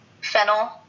fennel